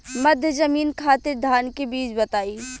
मध्य जमीन खातिर धान के बीज बताई?